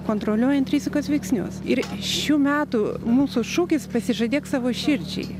kontroliuojant rizikos veiksnius ir šių metų mūsų šūkis pasižadėk savo širdžiai